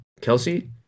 Kelsey